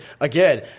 again